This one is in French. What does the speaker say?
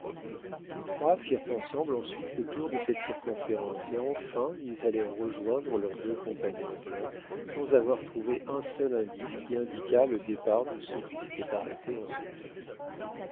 tous trois firent ensemble ensuite le tour de cette circonférence et enfin ils allèrent rejoindre leurs deux compagnons blancs sans avoir trouvé un seul indice qui indiquât le départ de ceux qui s'étaient arrêtés en ce lieu